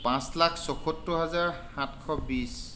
পাঁচ লাখ ছয়সত্তৰ হাজাৰ সাতশ বিশ